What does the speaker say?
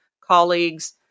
colleagues